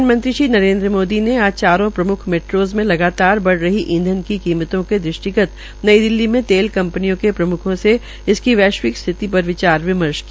प्रधानमंत्री श्री नरेन्द्र मोदी ने आज चारों प्रमुख मेट्रो में लगातार बढ़ रही इंधन की कीमतों के दृष्टिगत नई दिलली में तेल कंपनियों के प्रम्खों से इसकी वैश्विवक स्थिति पर विचार विमर्श किया